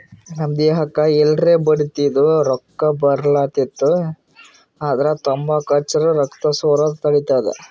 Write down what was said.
ನಮ್ ದೇಹಕ್ಕ್ ಎಲ್ರೆ ಬಡ್ದಿತ್ತು ರಕ್ತಾ ಬರ್ಲಾತಿತ್ತು ಅಂದ್ರ ತಂಬಾಕ್ ಹಚ್ಚರ್ ರಕ್ತಾ ಸೋರದ್ ತಡಿತದ್